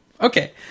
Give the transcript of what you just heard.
Okay